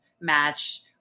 match